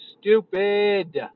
stupid